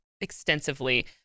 extensively